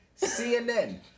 CNN